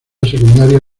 secundaria